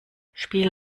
spiel